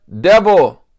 devil